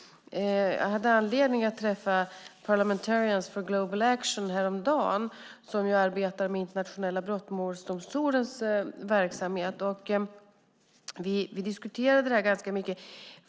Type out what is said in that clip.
Jag hade anledning att träffa Parliamentarians for Global Action häromdagen. De arbetar med den internationella brottmålsdomstolens verksamhet, och vi diskuterade detta ganska mycket.